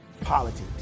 politics